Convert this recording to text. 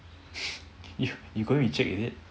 you go reject is it